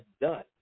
done